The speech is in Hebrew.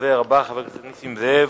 הדובר הבא, חבר הכנסת נסים זאב.